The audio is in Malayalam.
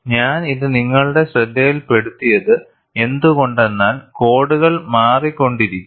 ഞാൻ ഇത് നിങ്ങളുടെ ശ്രദ്ധയിൽപ്പെടുത്തിയത് എന്തുകൊണ്ടെന്നാൽ കോഡുകൾ മാറിക്കൊണ്ടിരിക്കും